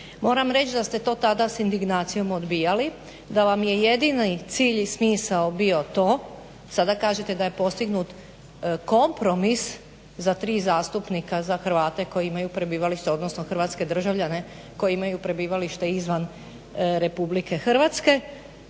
Moram reći da ste to tada sindignacijom odbijali, da vam je jedini cilj i smisao bilo to, sada kažete da je postignut kompromis za tri zastupnika za Hrvate koji imaju prebivalište, odnosno hrvatske državljane koji imaju prebivalište izvan RH. To je